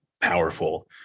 powerful